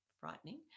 frightening